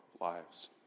lives